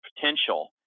potential